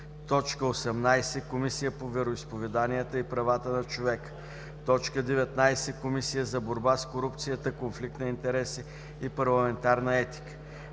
18. Комисия по вероизповеданията и правата на човека; 19. Комисия за борба с корупцията, конфликт на интереси и парламентарна етика;